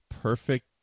perfect